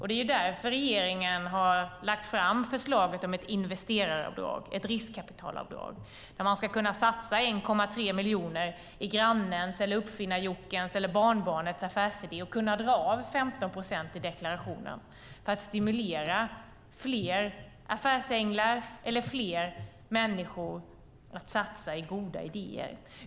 Det är därför regeringen har lagt fram förslaget om ett investeraravdrag, ett riskkapitalavdrag. Man ska kunna satsa 1,3 miljoner i grannens, Oppfinnar-Jockes eller barnbarnets affärsidé och kunna dra av 15 procent i deklarationen, detta för att stimulera fler affärsänglar eller fler människor att satsa på goda idéer.